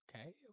Okay